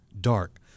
dark